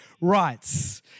rights